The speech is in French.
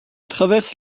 traverse